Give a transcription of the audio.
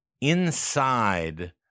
inside